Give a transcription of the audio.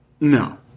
No